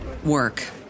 work